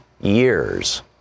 years